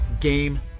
Game